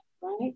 right